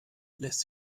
lässt